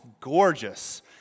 gorgeous